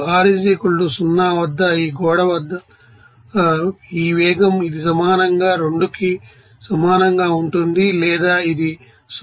R 0 వద్ద ఈ గోడ వద్ద ఈ వేగం ఇది సమానంగా 2 కి సమానంగా ఉంటుంది లేదా ఇది 0